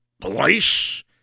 Police